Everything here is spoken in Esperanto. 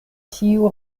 tiu